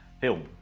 film